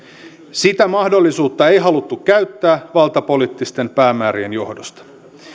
sitä mahdollisuutta ei haluttu käyttää valtapoliittisten päämäärien johdosta